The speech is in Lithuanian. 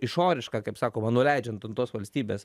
išorišką kaip sakoma nuleidžiant ant tos valstybės